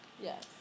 yes